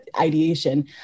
ideation